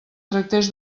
tractés